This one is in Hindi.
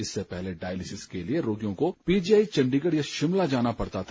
इससे पहले डायलिसिल के लिए रोगियों को पीजीआई चंडीगढ या शिमला जाना पड़ता था